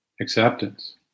acceptance